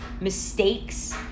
mistakes